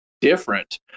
different